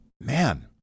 Man